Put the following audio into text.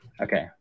Okay